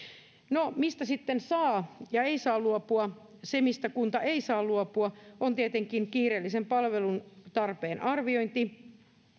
no mistä sitten ei saa luopua se mistä kunta ei saa luopua on tietenkin kiireellisen palvelutarpeen arviointi